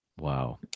Wow